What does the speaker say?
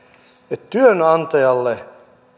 kisällijärjestelmä että työnantajalle